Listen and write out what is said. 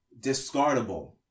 discardable